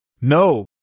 No